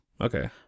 Okay